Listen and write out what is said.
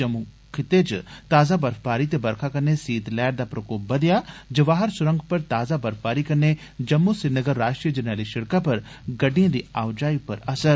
जम्मू खित्ते च ताजा बर्फबारी ते बरखा कन्नै सीत लैह्र दा प्रकोप बघेआ जवाहर सुरंग पर ताजा बर्फबारी कन्नै जम्मू श्रीनगर राश्ट्री जरनैली सिड़कै पर गड़िड़ए दी आओ जाई पर असर